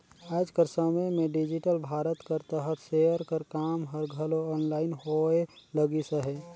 आएज कर समे में डिजिटल भारत कर तहत सेयर कर काम हर घलो आनलाईन होए लगिस अहे